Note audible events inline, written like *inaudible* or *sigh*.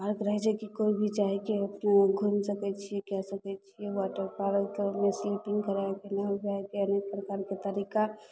park रहय छै कि कोइ भी जाइके अपना घुमि सकय छी कए सकय छी वाटर पार्कमे तऽ स्किपिंग *unintelligible* अनेक प्रकारके तरीका